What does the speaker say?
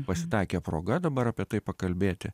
pasitaikė proga dabar apie tai pakalbėti